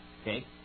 Okay